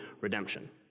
redemption